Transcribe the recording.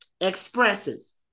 expresses